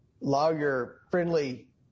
lawyer-friendly